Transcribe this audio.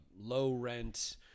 low-rent